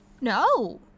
No